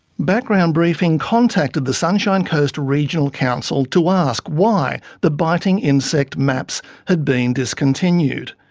background briefing contacted the sunshine coast regional council to ask why the biting insect maps had been discontinued.